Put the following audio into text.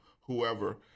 whoever